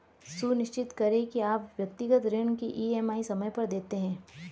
सुनिश्चित करें की आप व्यक्तिगत ऋण की ई.एम.आई समय पर देते हैं